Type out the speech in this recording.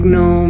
no